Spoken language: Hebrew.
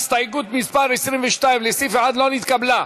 הסתייגות מס' 22 לסעיף 1 לא נתקבלה.